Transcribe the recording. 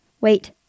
Wait